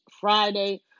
Friday